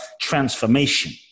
transformation